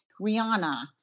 Rihanna